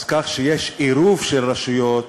אז כך שיש עירוב של רשויות